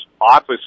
office